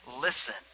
listen